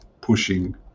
pushing